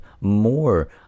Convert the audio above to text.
more